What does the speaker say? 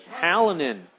Hallinan